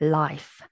life